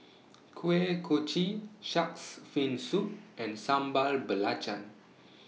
Kuih Kochi Shark's Fin Soup and Sambal Belacan